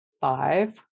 five